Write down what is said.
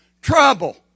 Trouble